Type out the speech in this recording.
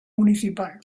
municipal